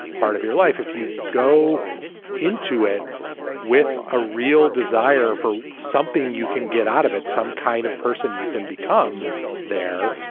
part of your life, if you go into it with a real desire for something, you can get out of it, some kind of person, you can become there.